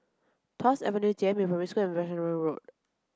Tuas Avenue Jiemin Primary School and Veerasamy Road